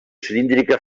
cilíndrica